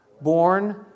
Born